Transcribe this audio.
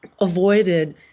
avoided